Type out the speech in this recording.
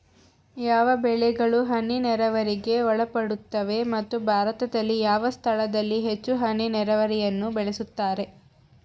ಯಾವ ಬೆಳೆಗಳು ಹನಿ ನೇರಾವರಿಗೆ ಒಳಪಡುತ್ತವೆ ಮತ್ತು ಭಾರತದಲ್ಲಿ ಯಾವ ಸ್ಥಳದಲ್ಲಿ ಹೆಚ್ಚು ಹನಿ ನೇರಾವರಿಯನ್ನು ಬಳಸುತ್ತಾರೆ?